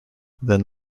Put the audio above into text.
then